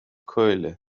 keule